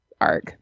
arc